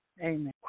amen